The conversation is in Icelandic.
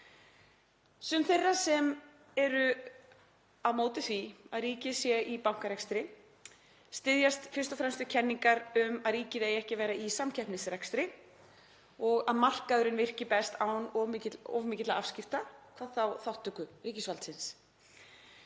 Sumir þeirra sem eru á móti því að ríkið sé í bankarekstri styðjast fyrst og fremst við kenningar um að ríkið eigi ekki að vera í samkeppnisrekstri og að markaðurinn virki best án of mikilla afskipta, hvað þá þátttöku, ríkisvaldsins.